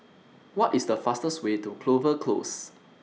What IS The fastest Way to Clover Close